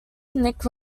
nick